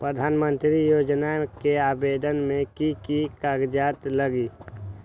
प्रधानमंत्री योजना में आवेदन मे की की कागज़ात लगी?